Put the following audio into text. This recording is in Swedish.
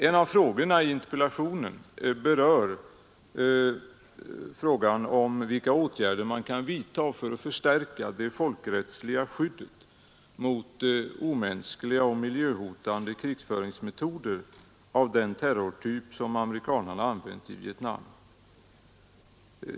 En av frågorna i interpellationen gäller vilka åtgärder man kan vidta för att förstärka det folkrättsliga skyddet mot omänskliga och miljöhotande krigföringsmetoder av den terrortyp som amerikanerna använt i Vietnam.